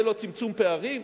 זה לא צמצום פערים?